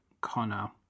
Connor